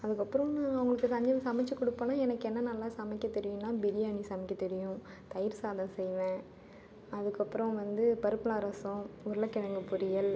அதுக்கப்புறம் நான் அவங்ளுக்கு தனியாக சமச்சுக் கொடுப்பேனா எனக்கு என்ன நல்லா சமைக்க தெரியுன்னா பிரியாணி சமைக்க தெரியும் தயிர் சாதம் செய்வேன் அதுக்கப்புறம் வந்து பருப்பில்லாம் ரசம் உருளக்கிழங்கு பொரியல்